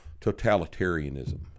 totalitarianism